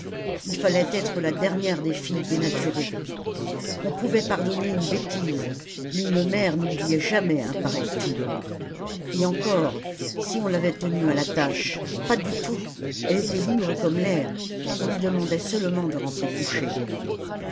il fallait être la dernière des filles dénaturées on pouvait pardonner une bêtise mais une mère n'oubliait jamais un pareil tour et encore si on l'avait tenue à l'attache pas du tout elle était libre comme l'air on lui demandait seulement de rentrer coucher